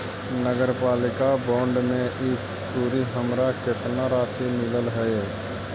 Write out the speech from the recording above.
नगरपालिका बॉन्ड में ई तुरी हमरा केतना राशि मिललई हे?